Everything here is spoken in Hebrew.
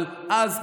אבל אז,